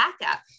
backup